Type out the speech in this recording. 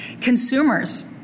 Consumers